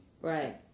right